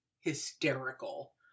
hysterical